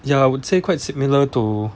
ya I would say quite similar to